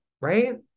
right